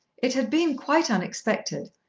it had been quite unexpected,